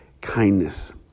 kindness